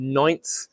ninth